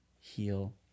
heal